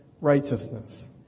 righteousness